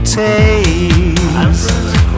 taste